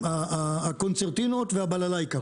הקונצרטינות ובללייקה,